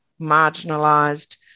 marginalised